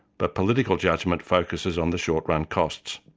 but political judgment focuses on the short-run costs.